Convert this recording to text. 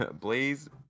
Blaze